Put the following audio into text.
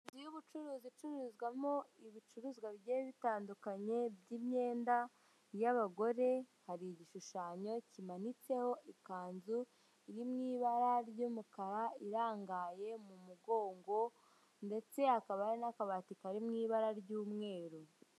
Inzu y'ubucuruzi icururizwamo ibicuruzwa bigiye bitandukanye, by'imyenda y'abagore, hari igishushanyo kimanitseho ikanzu iri mu ibara ry'umukara irangaye mu mugongo, ndetse hakaba hari n'akabati kari mu ibara ry'umweru.